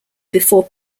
before